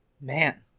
Man